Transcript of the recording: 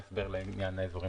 "האזורים